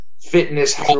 fitness